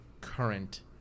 current